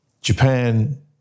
Japan